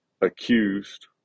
accused